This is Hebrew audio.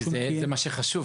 כי זה מה שחשוב,